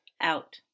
Out